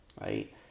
right